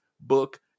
book